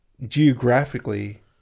Geographically